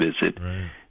visit